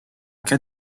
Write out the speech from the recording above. cas